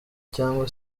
cyangwa